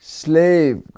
slave